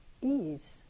ease